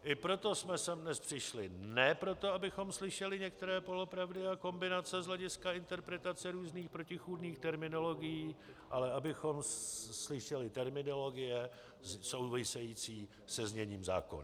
I proto jsme sem dnes přišli, ne proto, abychom slyšeli některé polopravdy a kombinace z hlediska interpretace různých protichůdných terminologií, ale abychom slyšeli terminologie související se zněním zákona.